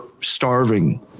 starving